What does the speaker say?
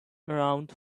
around